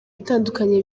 itandukanye